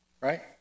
right